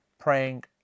praying